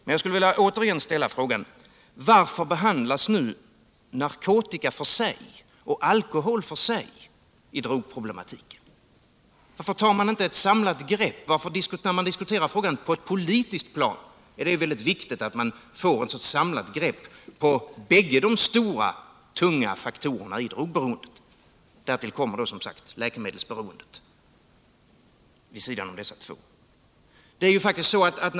Men jag vill åter ställa frågan: Varför behandlas narkotikan för sig och alkoholen för sig i drogproblematiken? Varför tar man inte ett samlat grepp, när vi diskuterar frågan på ett politiskt plan? Det är ju oerhört viktigt att vi får ett samlat grepp på båda dessa stora, tunga faktorer i drogberoendet. Som sagt kommer sedan till detta, vid sidan av dessa två faktorer, läkemedelsberoendet.